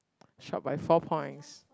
short by four points